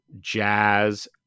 Jazz